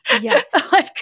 Yes